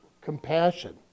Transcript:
compassion